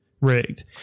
rigged